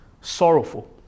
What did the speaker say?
sorrowful